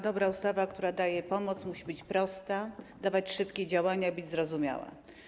Dobra ustawa, która daje pomoc, musi być prosta, dawać możliwość szybkiego działania i być zrozumiała.